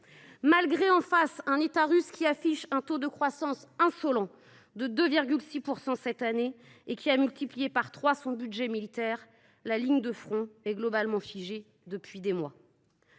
malgré, en face, un État russe qui affiche un taux de croissance insolent de 2,6 % cette année et qui a multiplié son budget militaire par trois, la ligne de front est globalement figée depuis des mois.